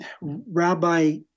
Rabbi